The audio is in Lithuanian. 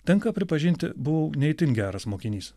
tenka pripažinti buvau ne itin geras mokinys